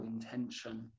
intention